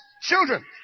children